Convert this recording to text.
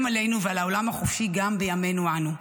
עלינו ועל העולם החופשי גם בימינו אנו.